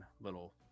little